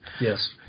Yes